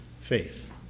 faith